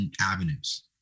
avenues